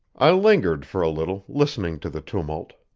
i lingered for a little, listening to the tumult.